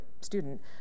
student